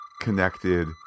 connected